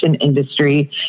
industry